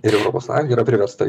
ir europos sąjunga yra priversta